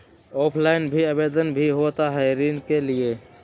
Offline भी आवेदन भी होता है ऋण के लिए?